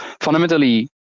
fundamentally